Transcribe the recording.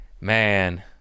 Man